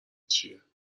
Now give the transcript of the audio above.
چیه